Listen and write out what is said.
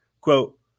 Quote